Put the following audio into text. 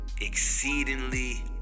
Exceedingly